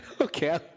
Okay